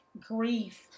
grief